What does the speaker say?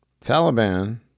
Taliban